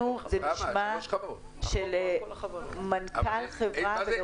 לנו זה נשמע שלמנכ"ל חברה,